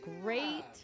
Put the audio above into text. great